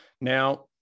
Now